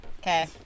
Okay